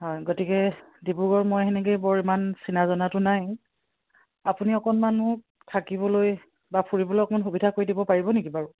হয় গতিকে ডিব্ৰুগড় মই সেনেকৈ বৰ ইমান চিনা জনাটো নাই আপুনি অকণমানো থাকিবলৈ বা ফুৰিবলৈ অকণমান সুবিধা কৰি দিব পাৰিব নেকি বাৰু